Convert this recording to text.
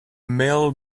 male